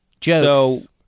jokes